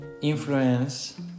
influence